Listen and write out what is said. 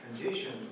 condition